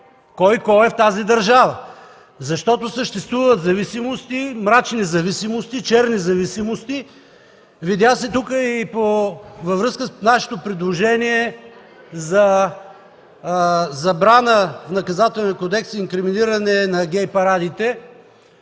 кой кой е в тази държава? Съществуват зависимости, мрачни, черни зависимости. Това се видя и във връзка с нашето предложение за забрана в Наказателния кодекс, за инкриминиране на гей парадите.